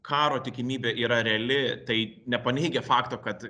karo tikimybė yra reali tai nepaneigia fakto kad